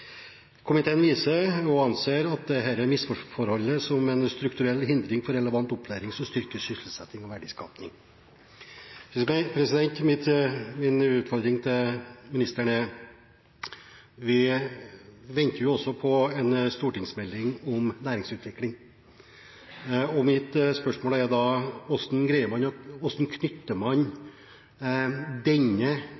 som en strukturell hindring for relevant opplæring som styrker sysselsetting og verdiskaping.» Min utfordring til ministeren er: Vi venter på en stortingsmelding om næringsutvikling. Mitt spørsmål er da: Hvordan knytter man innstillingen i dag til utvikling og